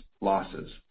losses